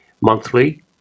monthly